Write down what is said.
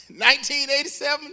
1987